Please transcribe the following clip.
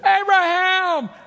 Abraham